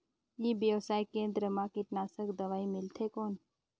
ई व्यवसाय केंद्र मा कीटनाशक दवाई मिलथे कौन?